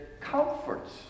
comforts